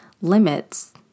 limits